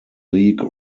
league